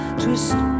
twist